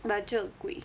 but 就很贵